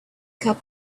cup